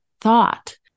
thought